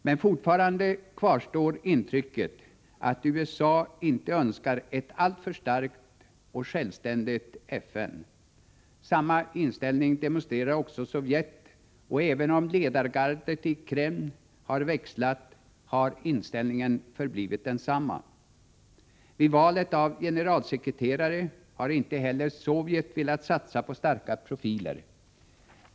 Men fortfarande kvarstår intrycket att USA inte önskar ett alltför starkt och självständigt FN. Samma inställning demonstrerar också Sovjet, och även om ledargardet i Kreml har växlat, har inställningen förblivit densamma. Vid valet av generalsekreterare har inte heller Sovjet velat satsa på starka profiler.